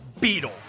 Beetle